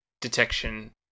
detection